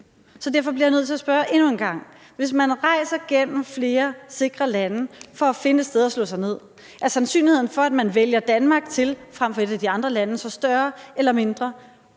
ud. Derfor bliver jeg nødt til at spørge endnu en gang: Hvis man rejser gennem flere sikre lande for at finde et sted at slå sig ned, er sandsynligheden for, at man vælger Danmark til frem for et af de andre lande, større eller mindre?